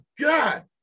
God